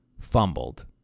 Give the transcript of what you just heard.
fumbled